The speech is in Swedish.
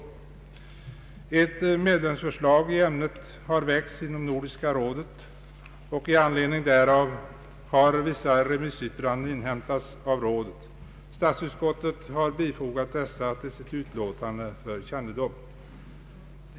Ett medlemsförslag i ämnet har väckts inom Nordiska rådet och i anledning därav har vissa remissyttranden inhämtats av rådet. Statsutskottet har fogat dessa till sitt utlåtande för kännedom.